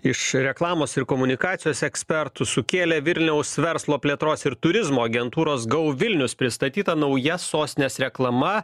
iš reklamos ir komunikacijos ekspertų sukėlė vilniaus verslo plėtros ir turizmo agentūros go vilnius pristatyta nauja sostinės reklama